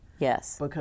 Yes